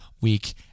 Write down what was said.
week